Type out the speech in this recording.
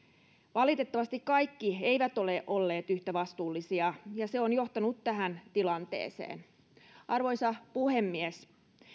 valitettavasti kaikki eivät ole olleet yhtä vastuullisia ja se on johtanut tähän tilanteeseen arvoisa puhemies